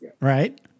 Right